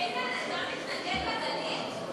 איתן, אתה מתנגד לגליל?